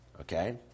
okay